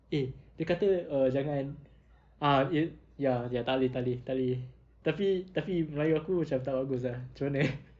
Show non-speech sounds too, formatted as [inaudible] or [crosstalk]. eh dia kata oh jangan ah eh ya ya tak boleh tak boleh tak boleh tapi tapi melayu aku macam tak bagus ah macam mana eh [laughs]